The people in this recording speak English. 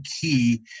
key